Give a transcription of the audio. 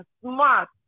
smart